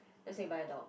just say buy a dog